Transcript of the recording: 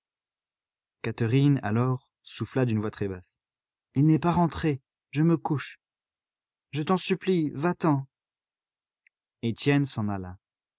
catherine alors souffla d'une voix très basse il n'est pas rentré je me couche je t'en supplie va-t'en étienne s'en alla